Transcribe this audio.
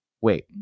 wait